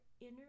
inner